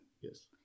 Yes